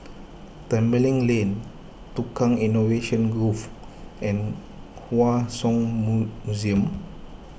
Tembeling Lane Tukang Innovation Grove and Hua Song Museum